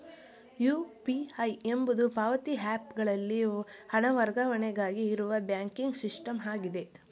UPI ಎಂಬುದು ಪಾವತಿ app ಗಳಲ್ಲಿ ಹಣ ವರ್ಗಾವಣೆಗಾಗಿ ಇರುವ ಬ್ಯಾಂಕಿಂಗ್ ಸಿಸ್ಟಮ್ ಆಗಿದೆ